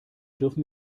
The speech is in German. dürfen